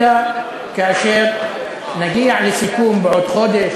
אלא כאשר נגיע לסיכום בעוד חודש,